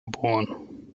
geboren